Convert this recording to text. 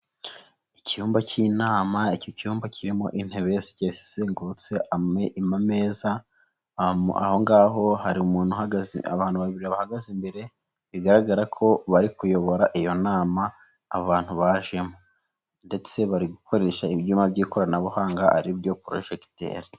Icyumba cy'inama iki cyumba kirimo intebe zigiye zizengurutse ameza, aho ngaho hari umuntu uhagaze, abantu babiri bahagaze imbere bigaragara ko bari kuyobora iyo nama abantu bajemo ndetse bari gukoresha ibyuma by'ikoranabuhanga aribyo porojegiteri.